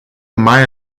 mai